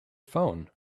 phone